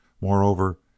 Moreover